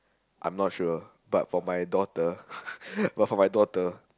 I'm not sure but for my daughter ppl but for my daughter